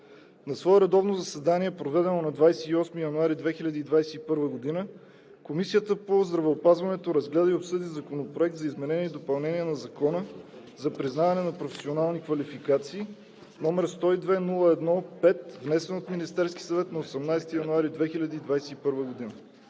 На свое редовно заседание, проведено на 28 януари 2021 г., Комисията по здравеопазването разгледа и обсъди Законопроект за изменение и допълнение на Закона за признаване на професионални квалификации, № 102-01-5, внесен от Министерския съвет на 18 януари 2021 г.